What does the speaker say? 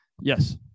Yes